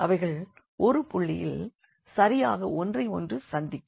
அவைகள் ஒரு புள்ளியில் சரியாக ஒன்றையொன்று சந்திக்கும்